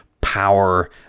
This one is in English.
power